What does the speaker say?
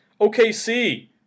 OKC